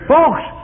Folks